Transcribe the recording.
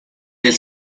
del